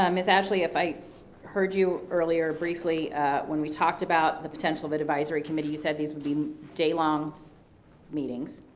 um ms. ashley, if i heard you earlier briefly when we talked about the potential but advisory committee, you said these would be day long meetings,